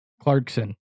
Clarkson